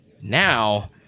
now